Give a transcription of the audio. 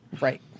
Right